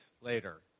later